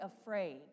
afraid